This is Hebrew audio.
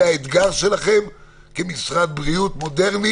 זה האתגר שלכם כמשרד בריאות מודרני